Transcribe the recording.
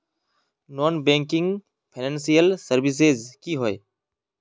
Non banking financial services की होय?